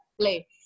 play